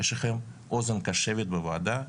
יש לכם אוזן קשבת בוועדה.